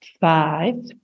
five